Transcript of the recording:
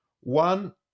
one